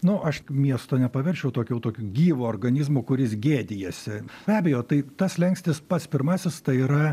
nu aš miesto nepaversčiau tokiu tokiu gyvu organizmu kuris gėdijasi be abejo tai tas slenkstis pats pirmasis tai yra